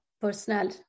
personal